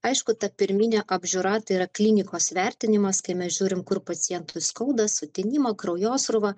aišku ta pirminė apžiūra tai yra klinikos vertinimas kai mes žiūrim kur pacientui skauda sutinimą kraujosrūvą